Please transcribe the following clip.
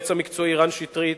היועץ המקצועי רן שטרית,